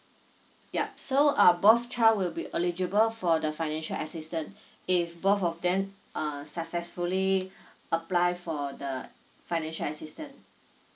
yup so uh both child will be eligible for the financial assistance if both of them uh successfully apply for the financial assistant